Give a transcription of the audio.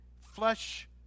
flesh